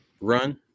run